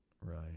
Right